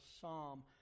psalm